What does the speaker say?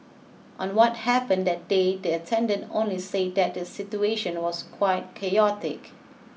on what happened that day the attendant only say that the situation was quite chaotic